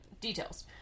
Details